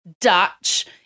Dutch